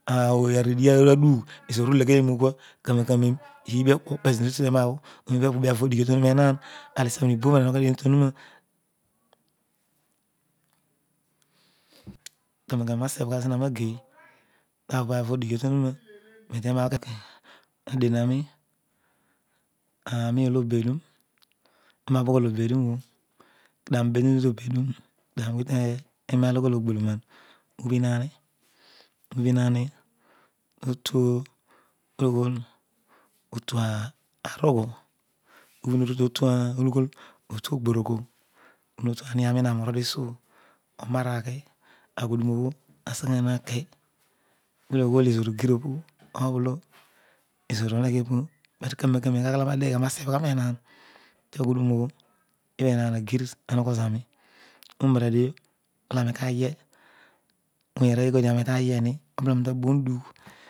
Aao aridi aradugh ezoor uleghee yuro ukua karo ero kanen ubi okpo pezo metu temabho ooni bha piavo odighi obho tonuma enaan alisebh ni ibvorn enoghi roadien obhotonu na enaan kanen kanero aani na sebh gha mageiy tavo avo odighi obho to huna adien ani aani olo obeduna eroa bho ugho obeduro obho kedio arol ubetunu to obedun ugu teria olo ugbrolo ogboloma ubhin ani totu ughol otuarugho̠l ubh oru totua olughar otuogborogoro arol ntu aniani nani ora tesuo oroaraghi aghuduroobho eseghe noki ughologhol ezor ugir opu orgho olo ezor unegheopu kanero kapen kirkir aro nadeghe aarol na sebh gha roenaan ta ghudum obho ibha enaan agir anogho zami omaradio arolkaiye ikeya arooy ighadugh arol taye ni mbulo ami to bom dugh